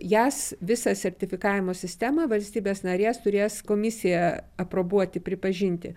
jas visą sertifikavimo sistemą valstybės narės turės komisija aprobuoti pripažinti